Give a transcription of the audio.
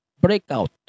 breakout